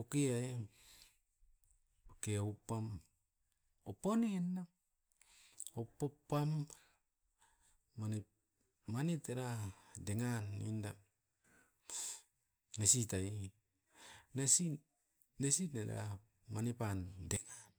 oki'ai uke upam oupanin no, oupa pam manit. Manit era dengan oinda nesit ai, nesin nesit ne dera mani pan, dengan.